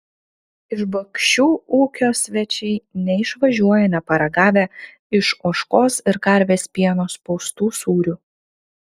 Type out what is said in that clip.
iš bakšių ūkio svečiai neišvažiuoja neparagavę iš ožkos ir karvės pieno spaustų sūrių